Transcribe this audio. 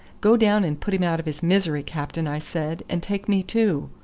go down and put him out of his misery, captain, i said, and take me too.